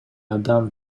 адам